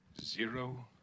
Zero